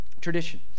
tradition